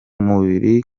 mubiri